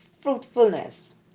Fruitfulness